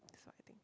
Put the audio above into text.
that's what I think